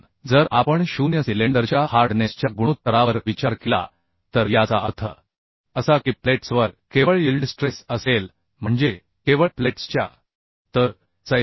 म्हणून जर आपण शून्य सिलेंडरच्या हार्डनेसच्या गुणोत्तरावर विचार केला तर याचा अर्थ असा की प्लेट्सवर केवळ यील्ड स्ट्रेस असेल म्हणजे केवळ प्लेट्सच्या इल्ड मुळे अपयश येईल